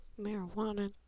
marijuana